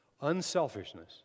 Unselfishness